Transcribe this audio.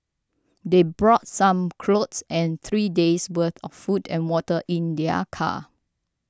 they brought some clothes and three days worth of food and water in their car